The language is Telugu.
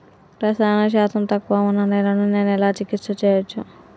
రసాయన శాతం తక్కువ ఉన్న నేలను నేను ఎలా చికిత్స చేయచ్చు?